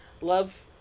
Love-